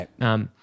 right